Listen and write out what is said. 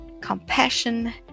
compassion